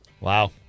Wow